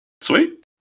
Sweet